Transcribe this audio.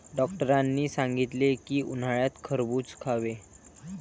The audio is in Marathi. डॉक्टरांनी सांगितले की, उन्हाळ्यात खरबूज खावे